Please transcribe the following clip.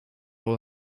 will